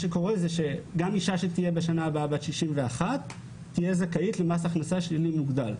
גם אישה שתהיה בשנה הבאה בת 61 תהיה זכאית למס הכנסה שלילי מוגדל.